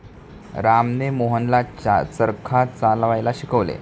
रामने मोहनला चरखा चालवायला शिकवले